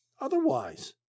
otherwise